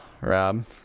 Rob